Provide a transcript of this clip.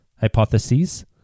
hypotheses